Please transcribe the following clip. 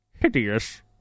hideous